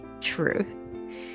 truth